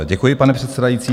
Děkuji, pane předsedající.